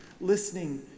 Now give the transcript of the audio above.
listening